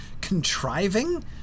contriving